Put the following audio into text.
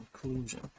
conclusion